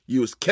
use